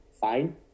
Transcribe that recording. fine